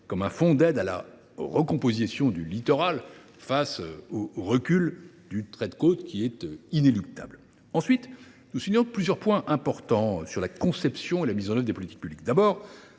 comme un fonds d’aide à la recomposition du littoral face au recul inéluctable du trait de côte. Par ailleurs, nous soulignons plusieurs points importants sur la conception et la mise en œuvre des politiques publiques.